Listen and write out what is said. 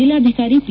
ಜಿಲ್ಲಾಧಿಕಾರಿ ಪಿ